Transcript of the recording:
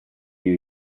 new